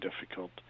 difficult